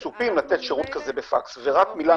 המקום של זה לא ספציפית בתוך החוק הזה אבל בהחלט בחוקים